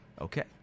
Okay